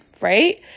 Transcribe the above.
right